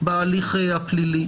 בהליך הפלילי,